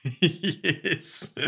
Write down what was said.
Yes